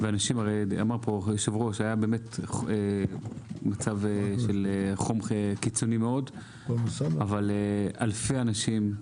היה באמת מצב של חום קיצוני מאוד ואלפי אנשים,